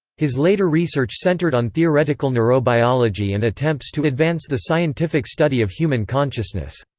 his later research centered on theoretical neurobiology and attempts to advance the scientific study of human consciousness.